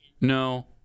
No